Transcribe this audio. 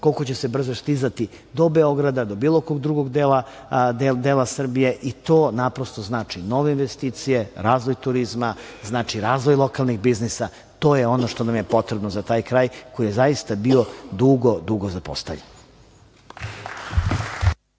Koliko će se brzo stizati do Beograda, do bilo kog drugog dela Srbije i to znači nove investicije, razvoj turizma, razvoj lokalnih biznisa. To je ono što nam je potrebno za taj kraj koji je zaista bio dugo, dugo zapostavljen.